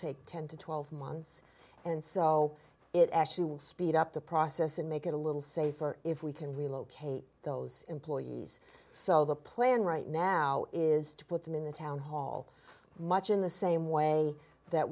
take ten to twelve months and so it actually will speed up the process and make it a little safer if we can relocate those employees so the plan right now is to put them in the town hall much in the same way that